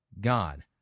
God